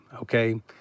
okay